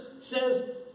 says